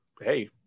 hey